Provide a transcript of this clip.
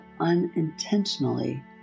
unintentionally